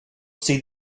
see